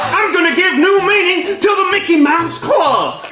i'm gonna give new meaning to to the mickey mouse club.